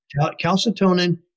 Calcitonin